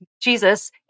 Jesus